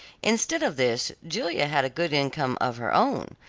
instead of this julia had a good income of her own,